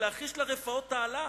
להחיש לה רפאות תעלה",